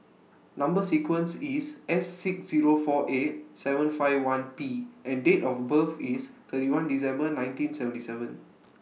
Number sequence IS S six Zero four eight seven five one P and Date of birth IS thirty one December nineteen seventy seven